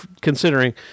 considering